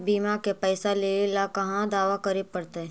बिमा के पैसा लेबे ल कहा दावा करे पड़तै?